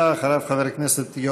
חבר הכנסת בצלאל סמוטריץ, בבקשה.